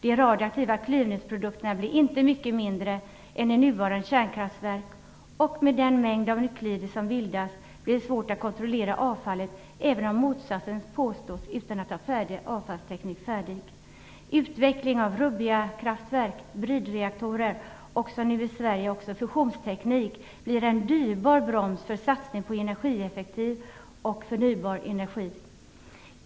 De radioaktiva klyvningsprodukterna blir inte mycket mindre än i nuvarande kärnkraftverk, och med den mängd av nuklider som bildas blir det svårt att kontrollera avfallet, även om motsatsen påstås, om man inte har en färdig avfallsteknik. Utveckling av rubbia-kraftverk, brid-reaktorer och fusionsteknik blir en dyrbar broms för satsning på energieffektiv och förnybar energi.